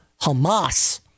Hamas